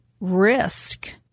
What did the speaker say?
risk